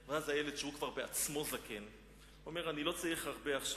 'אני לא צריך הרבה עכשיו',